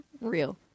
Real